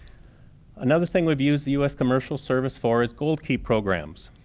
another thing we've used the u s. commercial service for is gold key programs.